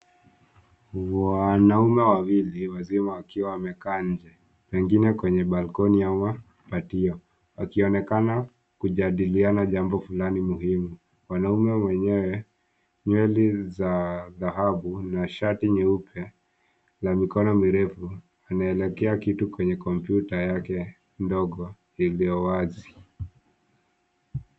Wanaume wawili wazima wakiwa wamekaa nje, pengine kwenye balkoni ama padia. Wakionekana kujadiliana jambo fulani muhimu. Wanaume wenyewe nywele za dhahabu, na shati nyeupe na mikono mirefu anaelekea kitu kwenye kompyuta yake ndogo iliyo wazi.